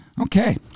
Okay